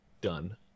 done